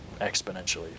exponentially